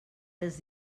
dels